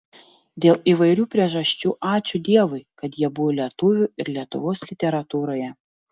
dėl įvairių priežasčių ačiū dievui kad jie buvo lietuvių ir lietuvos literatūroje